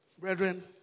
Brethren